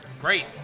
great